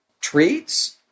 treats